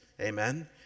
amen